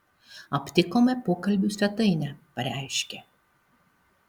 aptikome pokalbių svetainę pareiškė